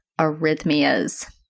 arrhythmias